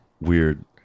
weird